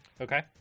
okay